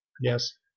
Yes